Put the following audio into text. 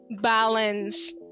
balance